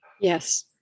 Yes